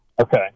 Okay